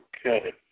Okay